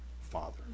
Father